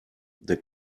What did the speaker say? der